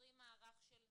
יוצרים מערך של חינוך,